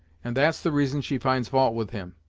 and that's the reason she finds fault with him.